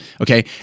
Okay